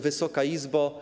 Wysoka Izbo!